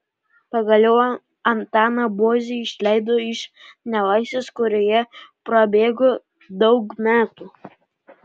pagaliau antaną bozį išleido iš nelaisvės kurioje prabėgo daug metų